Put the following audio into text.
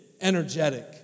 energetic